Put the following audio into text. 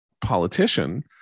Politician